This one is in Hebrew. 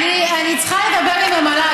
אני צריכה לדבר עם המל"ג.